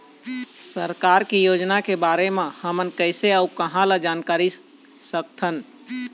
सरकार के योजना के बारे म हमन कैसे अऊ कहां ल जानकारी सकथन?